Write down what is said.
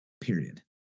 period